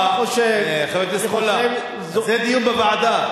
סליחה, חבר הכנסת מולה, זה דיון בוועדה.